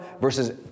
versus